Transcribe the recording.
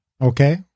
Okay